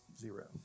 Zero